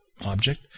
object